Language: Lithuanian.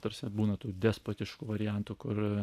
tarsi būna tų despotiškų variantų kur